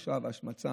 ההכפשה וההשמצה.